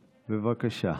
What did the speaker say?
בבקשה.